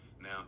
Now